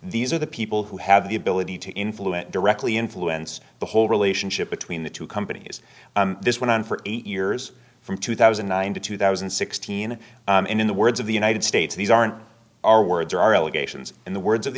these are the people who have the ability to influence directly influence the whole relationship between the two companies this went on for eight years from two thousand and nine to two thousand and sixteen and in the words of the united states these aren't our words or are allegations in the words of the